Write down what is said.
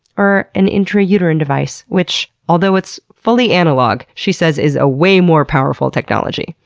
or an intrauterine device, which although it's fully analog she says is a way more powerful technology.